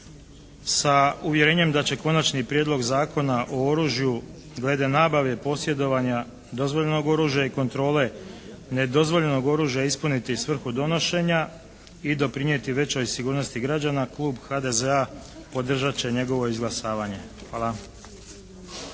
Sa uvjerenjem da će Konačni prijedlog Zakona o oružju glede nabave, posjedovanja dozvoljenog oružja i kontrole nedozvoljenog oružja ispuniti svrhu donošenja i doprinijeti većoj sigurnosti građana, klub HDZ-a podržat će njegovo izglasavanje. Hvala.